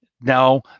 Now